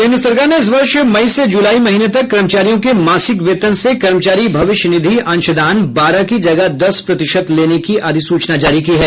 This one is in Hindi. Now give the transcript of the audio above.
केन्द्र सरकार ने इस वर्ष मई से जुलाई महीने तक कर्मचारियों के मासिक वेतन से कर्मचारी भविष्य निधि अंशदान बारह की जगह दस प्रतिशत लेने की अधिसूचना जारी की है